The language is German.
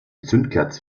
zündkerze